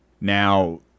Now